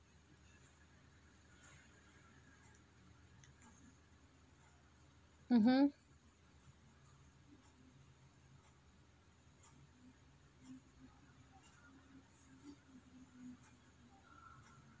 mmhmm